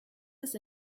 ist